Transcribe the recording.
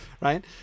Right